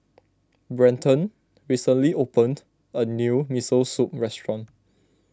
Brenton recently opened a new Miso Soup restaurant